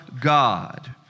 God